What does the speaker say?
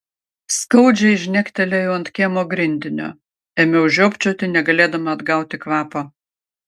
skaudžiai žnektelėjau ant kiemo grindinio ėmiau žiopčioti negalėdama atgauti kvapo